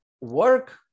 Work